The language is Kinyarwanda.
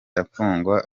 afungwa